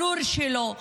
ברור שלא.